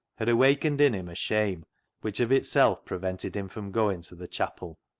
had awakened in him a shame which of itself prevented him from going to the chapel.